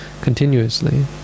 continuously